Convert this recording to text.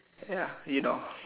ya you know